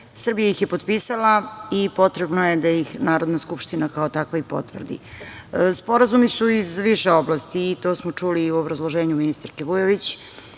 Srbija ih je potpisala i potrebno je da ih Narodna skupština kao takva i potvrdi. Sporazumi iz više oblasti i to smo čuli u obrazloženju ministarke Vujović